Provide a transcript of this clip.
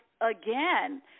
Again